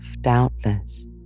doubtless